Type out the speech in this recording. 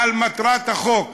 על מטרת החוק,